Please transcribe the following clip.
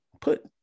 put